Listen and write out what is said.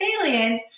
salient